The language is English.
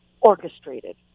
orchestrated